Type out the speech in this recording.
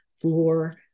floor